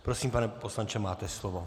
Prosím, pane poslanče, máte slovo.